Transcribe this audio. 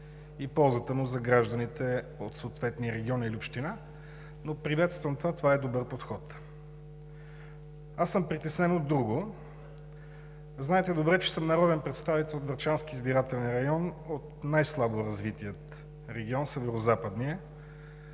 и ползата му за гражданите от съответния регион или община. Приветствам това, това е добър подход. Аз съм притеснен от друго. Знаете добре, че съм народен представител от Врачански избирателен район – от най-слабо развития регион, Северозападния.